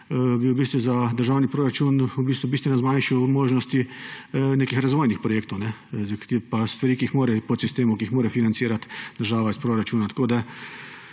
bi v bistvu za državni proračun bistveno zmanjšal možnosti nekih razvojnih projektov in pa stvari, podsistemov, ki jih mora financirati država iz proračuna.